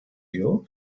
you